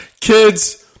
Kids